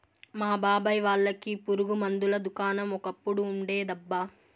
మా బాబాయ్ వాళ్ళకి పురుగు మందుల దుకాణం ఒకప్పుడు ఉండేదబ్బా